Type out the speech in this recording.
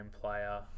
player